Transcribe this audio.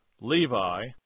Levi